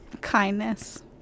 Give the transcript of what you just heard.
Kindness